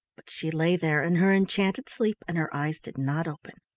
but she lay there in her enchanted sleep, and her eyes did not open.